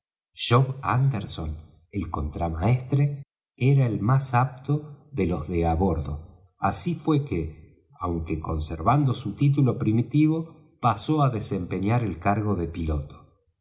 anderson el contramaestre era el más apto de los de á bordo así fué que aunque conservando su título primitivo pasó á desempeñar el cargo de piloto